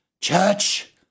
Church